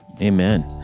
Amen